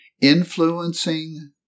influencing